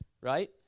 right